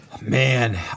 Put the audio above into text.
Man